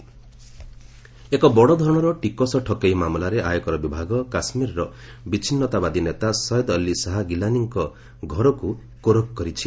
income tax Gilani ଏକ ବଡ଼ ଧରଣର ଟିକସ ଠକେଇ ମାମଲାରେ ଆୟକର ବିଭାଗ କାଶ୍କୀରର ବିଚ୍ଛିନ୍ନତାବାଦୀ ନେତା ସୟଦ୍ ଅଲ୍ଲୀ ଶାହା ଗିଲାନୀଙ୍କ ଘରକୁ କୋରଖ କରିଛି